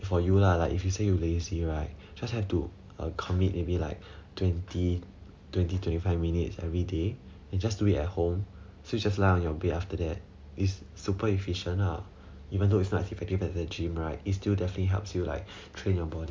for you lah like if you say you lazy right just have to commit maybe like twenty twenty twenty five minutes every day and just do it at home so just lie on your bed after that is super efficient lah even though it's not as effective at the gym right is still definitely helps you like train your body